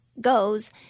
goes